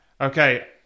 Okay